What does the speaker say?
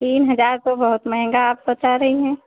तीन हज़ार तो बहुत मेहंगा आप बता रही हैं